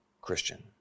Christian